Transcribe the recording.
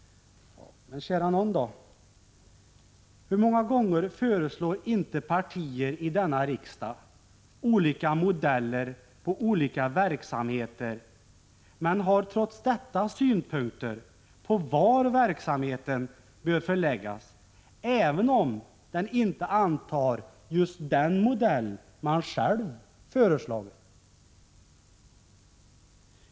Men kära nån då, hur många gånger föreslår inte partier i denna riksdag olika modeller på olika verksamheter, men har trots detta synpunkter på var verksamheten bör förläggas även om den inte antar just den modell man själv föreslagit.